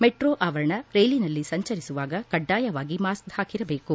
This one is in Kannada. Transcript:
ಮೆಟ್ರೋ ಆವರಣ ರೈಲಿನಲ್ಲಿ ಸಂಚರಿಸುವಾಗ ಕಡ್ಡಾಯವಾಗಿ ಮಾಸ್ಕ್ ಹಾಕಿರಬೇಕು